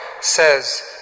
says